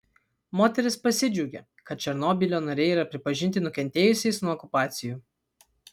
moteris pasidžiaugė kad černobylio nariai yra pripažinti nukentėjusiais nuo okupacijų